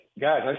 Guys